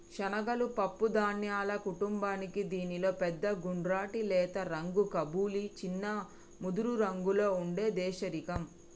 శనగలు పప్పు ధాన్యాల కుటుంబానికీ దీనిలో పెద్ద గుండ్రటి లేత రంగు కబూలి, చిన్న ముదురురంగులో ఉండే దేశిరకం